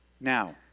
Now